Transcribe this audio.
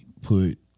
put